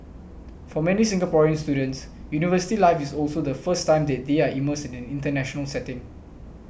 for many Singaporean students university life is also the first time that they are immersed in an international setting